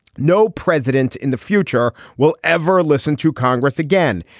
no president in the future will ever listen to congress again.